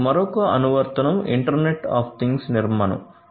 మరొక అనువర్తనం internet of things నిర్మాణo